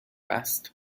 است